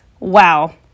wow